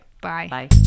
Bye